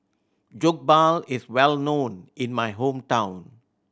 jokbal is well known in my hometown